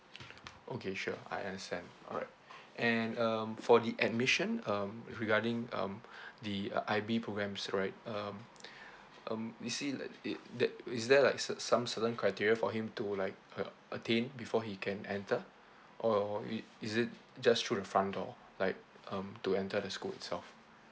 okay sure I understand alright and um for the admission um regarding um the uh I_B programs right um um we see it that is there like cer~ some certain criteria for him to like uh attain before he can enter or it is it just through the front door like um to enter the school itself